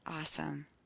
awesome